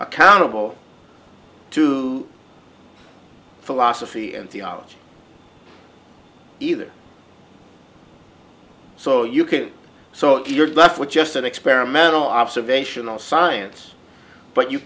accountable to philosophy and theology either so you can so you're left with just an experimental observational science but you